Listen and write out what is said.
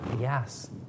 Yes